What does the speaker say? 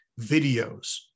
videos